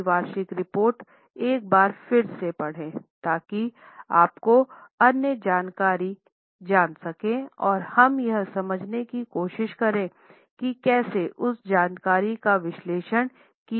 अपनी वार्षिक रिपोर्ट एक बार फिर से पढ़ें ताकि आप अन्य जानकारी जान सकें और हम यह समझने की कोशिश करेंगे कि कैसे उन जानकारी का विश्लेषण किया जा सकता है